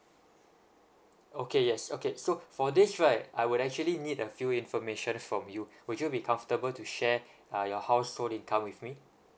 okay yes okay so for this right I would actually need a few information from you would you be comfortable to share uh your household income with me